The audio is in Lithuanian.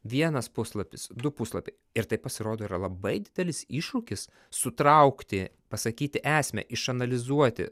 vienas puslapis du puslapiai ir tai pasirodo yra labai didelis iššūkis sutraukti pasakyti esmę išanalizuoti